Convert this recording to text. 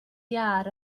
iâr